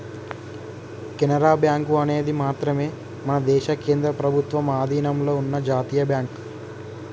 Canara bank అనేది మాత్రమే మన దేశ కేంద్ర ప్రభుత్వ అధీనంలో ఉన్న జాతీయ బ్యాంక్